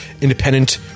independent